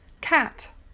cat